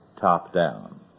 top-down